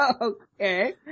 Okay